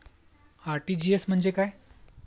RTGS म्हणजे काय?